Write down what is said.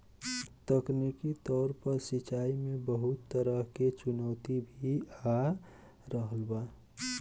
तकनीकी तौर पर सिंचाई में बहुत तरह के चुनौती भी आ रहल बा